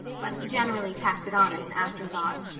but he generally tacked it on as an afterthought.